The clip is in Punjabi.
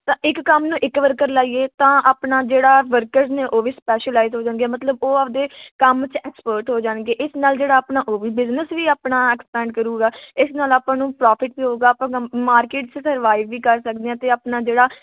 ਤਾਂ ਇੱਕ ਕੰਮ ਨੂੰ ਇੱਕ ਵਰਕਰ ਲਾਈਏ ਤਾਂ ਆਪਣਾ ਜਿਹੜਾ ਵਰਕਰਜ਼ ਨੇ ਉਹ ਵੀ ਸਪੈਸ਼ਲ ਲਾਈਜ਼ ਹੋ ਜਾਣਗੇ ਮਤਲਬ ਉਹ ਆਪਣੇ ਕੰਮ 'ਚ ਐਕਸਪਰਟ ਹੋ ਜਾਣਗੇ ਇਸ ਨਾਲ ਜਿਹੜਾ ਆਪਣਾ ਉਹ ਵੀ ਬਿਜ਼ਨਸ ਵੀ ਆਪਣਾ ਐਕਸਪੈਂਡ ਕਰੂਗਾ ਇਸ ਨਾਲ ਆਪਾਂ ਨੂੰ ਪ੍ਰੋਫਿਟ ਵੀ ਹੋਵੇਗਾ ਆਪਾਂ ਕੰ ਮਾਰਕੀਟ 'ਚ ਸਰਵਾਈਵ ਵੀ ਕਰ ਸਕਦੇ ਹਾਂ ਅਤੇ ਆਪਣਾ ਜਿਹੜਾ